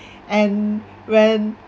and when